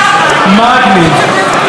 התייחסה חברת הכנסת לבני,